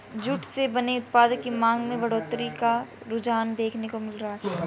jute से बने उत्पादों की मांग में बढ़ोत्तरी का रुझान देखने को मिल रहा है